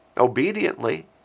obediently